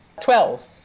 Twelve